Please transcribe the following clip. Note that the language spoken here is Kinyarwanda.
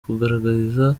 kugaragariza